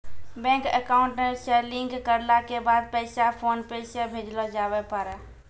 bank account से link करला के बाद पैसा फोनपे से भेजलो जावै पारै